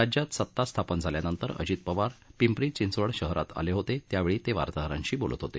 राज्यात सत्ता स्थापन झाल्यानंतर अजित पवार पिंपरी चिंचवड शहरात आले होते त्यावेळी ते वार्ताहरांशी बोलत होते